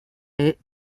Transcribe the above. est